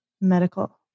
medical